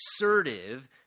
assertive